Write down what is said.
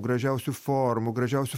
gražiausių formų gražiausių